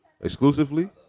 Exclusively